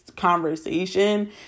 conversation